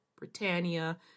Britannia